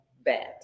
Bad